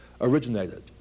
originated